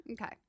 Okay